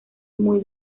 muy